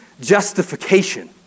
Justification